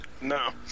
No